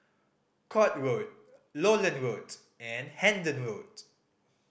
Court Road Lowland Road and Hendon Road